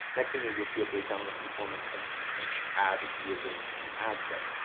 next thing is you'll see a breakdown in the performance of each ad within an ad set.